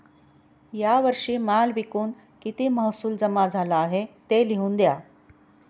या वर्षी माल विकून किती महसूल जमा झाला आहे, ते लिहून द्या